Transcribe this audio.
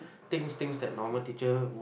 things things that normal teacher